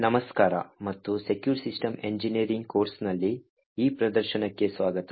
ನಮಸ್ಕಾರ ಮತ್ತು secure system engineering ಕೋರ್ಸ್ನಲ್ಲಿ ಈ ಪ್ರದರ್ಶನಕ್ಕೆ ಸ್ವಾಗತ